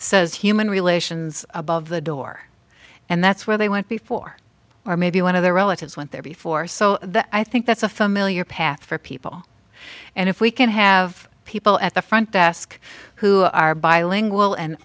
says human relations above the door and that's where they went before or maybe one of their relatives went there before so i think that's a familiar path for people and if we can have people at the front desk who are bilingual and